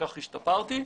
כך השתפרתי.